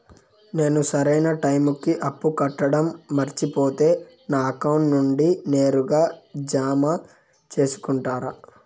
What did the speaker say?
నేను సరైన టైముకి అప్పు కట్టడం మర్చిపోతే నా అకౌంట్ నుండి నేరుగా జామ సేసుకుంటారా?